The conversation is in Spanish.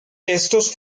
estos